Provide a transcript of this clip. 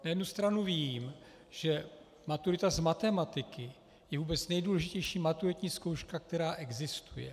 Na jednu stranu vím, že maturita z matematiky je vůbec nejdůležitější maturitní zkouška, která existuje.